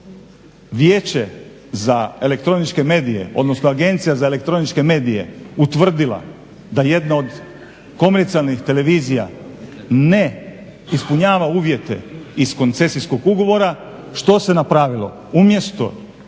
Vijeće za elektroničke medije, odnosno Agencija za elektroničke medije utvrdila da jedna od komercijalnih televizija ne ispunjava uvjete iz koncesijskog ugovora što se napravilo? Umjesto